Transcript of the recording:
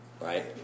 right